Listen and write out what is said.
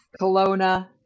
Kelowna